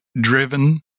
driven